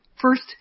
first